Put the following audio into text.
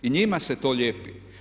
I njima se to lijepi.